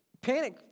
Panic